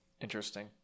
interesting